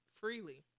Freely